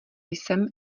jsem